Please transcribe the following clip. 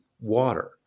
water